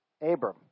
Abram